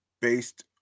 based